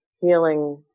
healing